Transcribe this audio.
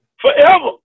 forever